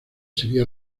sería